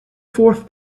fourth